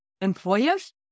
employers